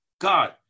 God